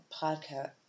podcast